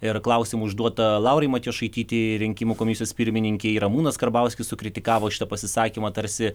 ir klausimų užduota laurai matjošaitytei rinkimų komisijos pirmininkei ramūnas karbauskis sukritikavo šitą pasisakymą tarsi